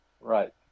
Right